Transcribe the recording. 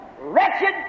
wretched